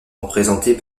représentées